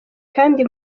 kandi